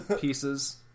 pieces